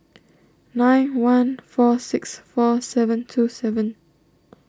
nine one four six four seven two seven